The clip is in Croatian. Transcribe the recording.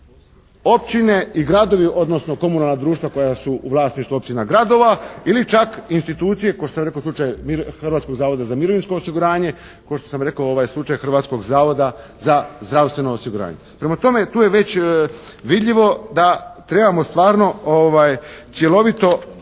općine i gradovi odnosno komunalna društva koja su u vlasništvu općina i gradova ili čak institucije kao što sam rekao slučaj Hrvatskog zavoda za mirovinsko osiguranje, kao što sam rekao ovaj slučaj Hrvatskog zavoda za zdravstveno osiguranje. Prema tome, tu je već vidljivo da trebamo cjelovito